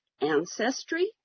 ancestry